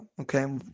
Okay